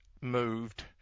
moved